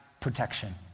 protection